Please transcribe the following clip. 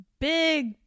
big